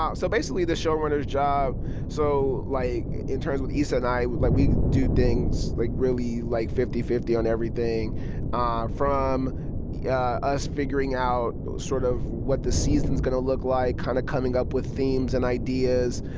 so basically, the showrunner's job so, like, in terms with issa and i, like, we do things like really, like, fifty fifty on everything ah from yeah us figuring out sort of what the season's going to look like, kind of coming up with themes and ideas,